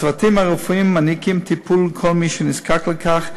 הצוותים הרפואיים מעניקים טיפול לכל מי שנזקק לכך,